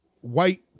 white